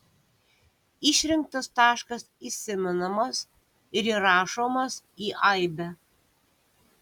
išrinktas taškas įsimenamas ir įrašomas į aibę